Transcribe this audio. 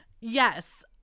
Yes